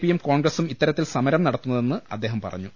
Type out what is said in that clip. P യും കോൺഗ്രസും ഇത്തരത്തിൽ സമരം നടത്തുന്നതെന്ന് അദ്ദേഹം പറഞ്ഞു